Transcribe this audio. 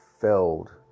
filled